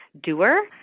doer